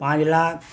ପାଞ୍ଚ ଲାଖ୍